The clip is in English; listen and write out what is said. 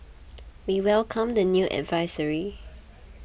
we welcomed the new advisory